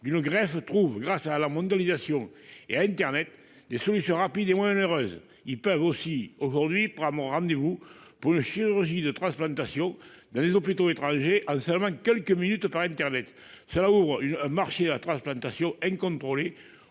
d'une greffe trouvent, grâce à la mondialisation et à internet, des solutions rapides et moins onéreuses. Ils peuvent aujourd'hui prendre rendez-vous pour une chirurgie de transplantation dans des hôpitaux étrangers en seulement quelques minutes par internet. Cela ouvre un marché de la transplantation incontrôlé